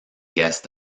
guest